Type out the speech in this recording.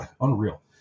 unreal